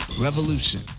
revolution